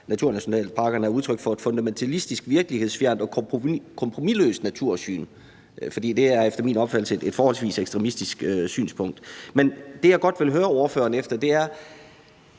naturnationalparkerne er udtryk for et fundamentalistisk, virkelighedsfjernt og kompromisløst natursyn. For det er efter min opfattelse et forholdsvis ekstremistisk synspunkt. Men jeg har lidt svært ved at få greb